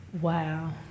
wow